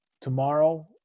tomorrow